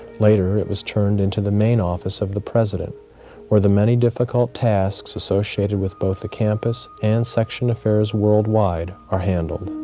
later it was turned into the main office of the president where the many difficult tasks associated with both the campus and section affairs worldwide are handled.